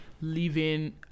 living